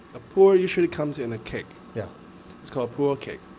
a puer usually comes in a cake yeah called puer cake.